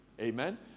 amen